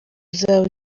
uzaba